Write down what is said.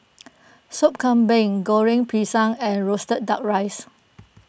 Sop Kambing Goreng Pisang and Roasted Duck Rice